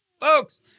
folks